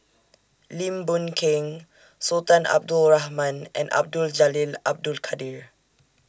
Lim Boon Keng Sultan Abdul Rahman and Abdul Jalil Abdul Kadir